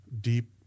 deep